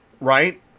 right